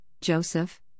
Joseph